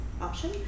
option